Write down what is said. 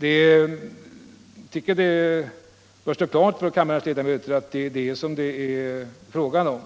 Kammarens ledamöter bör inse att det är en sådan vetorätt som det är fråga om.